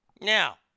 Now